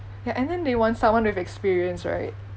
ya and then they want someone with experience right